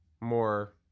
more